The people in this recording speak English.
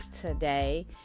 today